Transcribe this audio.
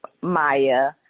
Maya